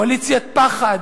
קואליציית פחד,